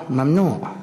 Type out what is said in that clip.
"ממנוע".